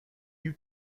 you